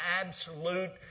absolute